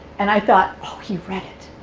and i thought, oh, he read it.